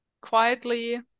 quietly